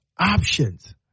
options